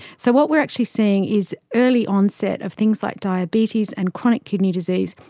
so what we're actually seeing is early onset of things like diabetes and chronic kidney disease,